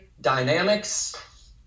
dynamics